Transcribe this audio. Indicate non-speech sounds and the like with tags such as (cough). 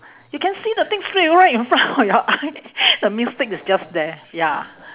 you can see the thing straight away in front of your eye (laughs) the mistake is just there ya